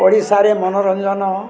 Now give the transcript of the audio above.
ଓଡ଼ିଶାରେ ମନୋରଞ୍ଜନ